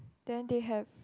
then they have